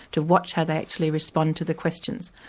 to watch how they actually respond to the questions.